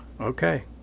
Okay